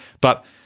but-